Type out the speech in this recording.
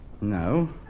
No